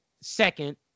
second